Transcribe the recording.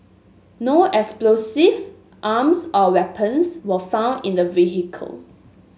no explosive arms or weapons were found in the vehicle